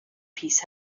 peace